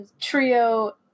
Trio